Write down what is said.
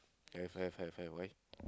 have have have have why